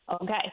Okay